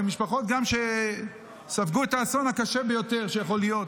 וגם משפחות שספגו את האסון הקשה ביותר שיכול להיות.